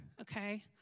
okay